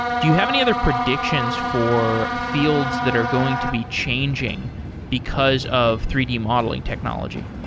do you have any other predictions for fields that are going to be changing because of three d modeling technology?